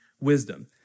wisdom